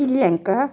Sri Lanka